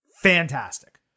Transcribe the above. fantastic